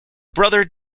brother